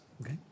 Okay